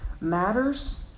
matters